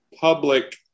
public